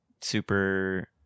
Super